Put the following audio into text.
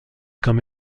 comme